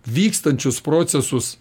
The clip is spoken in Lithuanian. vykstančius procesus